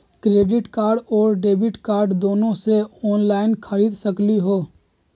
Credit card और debit card दोनों से ऑनलाइन खरीद सकली ह?